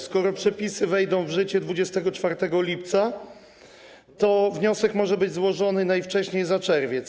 Skoro przepisy wejdą w życie 24 lipca, to w wniosek może być złożony najwcześniej za czerwiec.